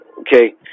Okay